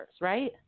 right